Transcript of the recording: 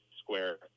square